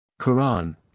Quran